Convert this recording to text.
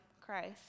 Christ